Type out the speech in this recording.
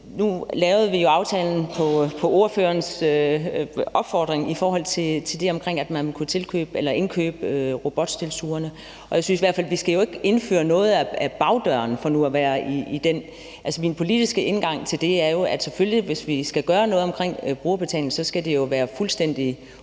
Nu lavede vi aftalen på ordførerens opfordring i forhold til det med, at man kunne indkøbe robotstøvsugerne, og jeg synes i hvert fald ikke, vi skal indføre noget ad bagdøren, for nu at blive i det billede. Min politiske indgang til det er, at hvis vi skal gøre noget omkring brugerbetaling, skal det selvfølgelig være fuldstændig åbent